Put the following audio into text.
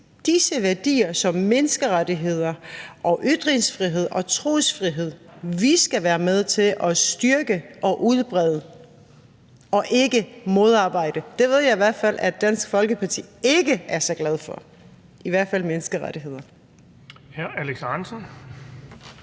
disse værdier som menneskerettigheder og ytringsfrihed og trosfrihed, vi skal være med til at styrke og udbrede og ikke modarbejde. Det ved jeg i hvert fald at Dansk Folkeparti ikke er så glad for – i hvert fald menneskerettigheder. Kl. 20:47 Den